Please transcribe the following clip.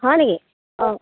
হয় নেকি অঁ